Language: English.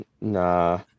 Nah